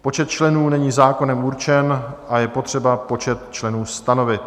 Počet členů není zákonem určen a je potřeba počet členů stanovit.